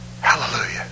Hallelujah